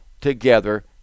together